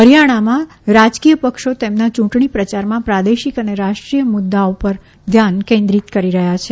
હરીયાણામાં રાજકીય પક્ષો તેમના યુંટણી પ્રચારમાં પ્રાદેશિક અને રાષ્ટ્રિય મુદ્દાઓ ઉપર ધ્યાન કેન્દ્રિત કરી રહયાં છે